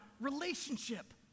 relationship